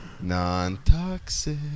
Non-toxic